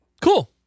Cool